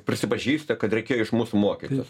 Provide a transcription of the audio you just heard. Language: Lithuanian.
prisipažįsta kad reikėjo iš mūsų mokytis